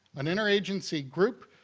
an inter-agency group,